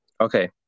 Okay